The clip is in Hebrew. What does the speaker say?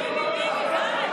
כל היום ביבי, ביבי.